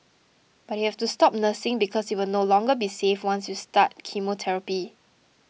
but you have to stop nursing because it will no longer be safe once you start chemotherapy